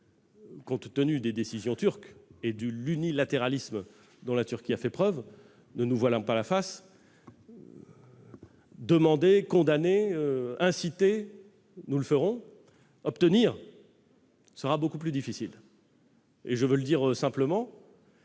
compte tenu des décisions turques et de l'unilatéralisme dont ce pays a fait preuve, ne nous voilons pas la face : demander, condamner, inciter, nous le ferons ; obtenir, ce sera beaucoup plus difficile- ce le sera d'autant